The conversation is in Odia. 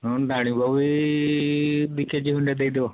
ହଁ ଡାଳିମ୍ବ ବି ଦି କେ ଜି ଖଣ୍ଡେ ଦେଇଦେବେ